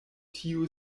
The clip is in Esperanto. tiu